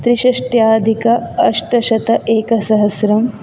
त्रिषष्ट्याधिक अष्टशत एकसहस्रम्